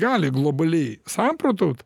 gali globaliai samprotaut